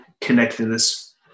connectedness